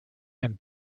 and